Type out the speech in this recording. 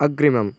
अग्रिमम्